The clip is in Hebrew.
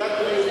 פקודת בריאות